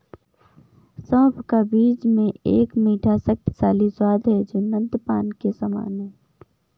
सौंफ का बीज में एक मीठा, शक्तिशाली स्वाद है जो नद्यपान के समान है